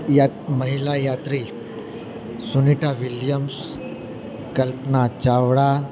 મહિલા યાત્રી સુનિતા વિલિયમ્સ કલ્પના ચાવડા